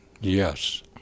Yes